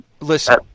Listen